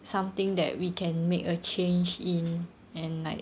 something that we can make a change in and like